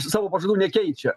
savo pažadų nekeičia